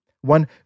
One